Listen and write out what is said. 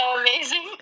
amazing